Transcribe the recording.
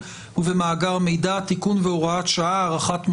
ובמאגר מידע (תיקון והוראת שעה הארכת מועד),